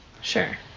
Sure